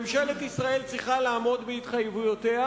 ממשלת ישראל צריכה לעמוד בהתחייבויותיה.